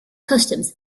customs